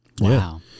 Wow